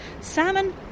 Salmon